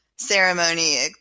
Ceremony